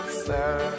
sir